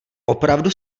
opravdu